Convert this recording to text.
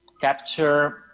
capture